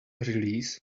release